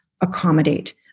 accommodate